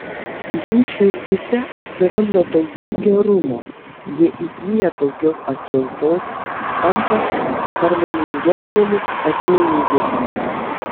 jų širdyse atsiranda daugiau gerumo jie įgyja daugiau atjautos tampa harmoningesnėmis asmenybėmis